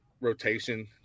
rotation